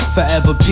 Forever